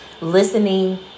listening